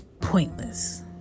pointless